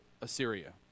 Assyria